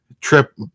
trip